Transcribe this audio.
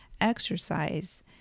exercise